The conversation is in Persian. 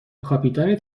کاپیتان